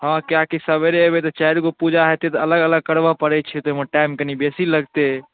हॅं किएकि सबेरे अयबै तऽ चारिगो पूजा हेतै तऽ अलग अलग करबऽ पड़ै छै ताहि मे टाइम कनि बेसी लगतै